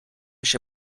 się